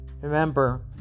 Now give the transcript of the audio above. remember